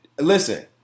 listen